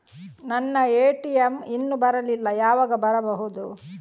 ನನ್ನ ಎ.ಟಿ.ಎಂ ಇನ್ನು ಬರಲಿಲ್ಲ, ಯಾವಾಗ ಬರಬಹುದು?